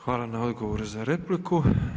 Hvala na odgovoru na repliku.